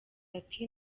ati